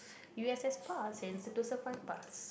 u_s_s pass and Sentosa Fun Pass